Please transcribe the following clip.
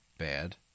bad